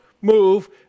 move